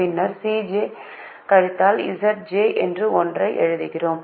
பின்னர் Cj கழித்தல் Zj என்று ஒன்றை எழுதுகிறோம்